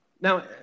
Now